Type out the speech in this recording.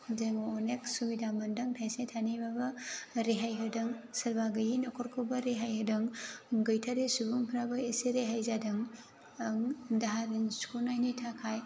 जोङो अनेक सुबिदा मोनदों थायसे थायनैबाबो रेहाय होदों सोरबा गैयि नखरखौबो रेहाय होदों गैथारि सुबुंफ्राबो एसे रेहाय जादों दाहार रिन सुख'नायनि थाखाय